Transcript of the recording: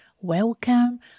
Welcome